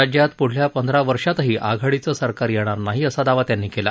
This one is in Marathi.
राज्यात पुढल्या पंधरा वर्षातही आघाडीचं सरकार येणार नाही असा दावा त्यांनी केला